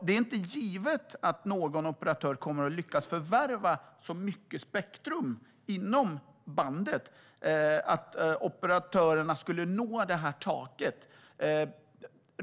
Det är inte givet att någon operatör kommer att lyckas förvärva så mycket spektrum inom bandet att operatören skulle nå det taket.